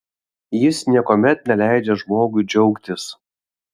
jis niekuomet neleidžia žmogui džiaugtis